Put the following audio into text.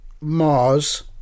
Mars